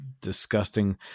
disgusting